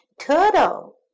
turtle